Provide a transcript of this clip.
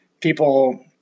people